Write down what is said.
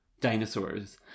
dinosaurs